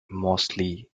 mostly